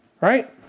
Right